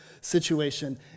situation